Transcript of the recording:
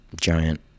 giant